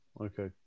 Okay